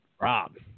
Rob